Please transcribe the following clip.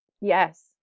Yes